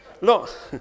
Look